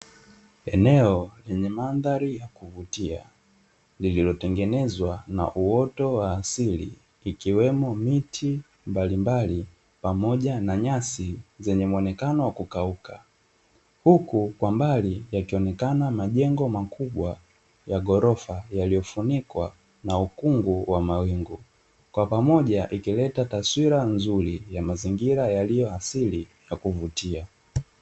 Eneo lenye mandhari ya kuvutia, lililotengenezwa na uoto wa asili ikiwemo miti mbalimbali, pamoja na nyasi zenye muonekano wa kukauka, huku kwa mbali yakionekana majengo makubwa ya ghorofa, yaliyofunikwa na ukungu wa mawingu. Kwa pamoja, ikileta taswira nzuri ya mazingira yaliyo asili ya kuvutia.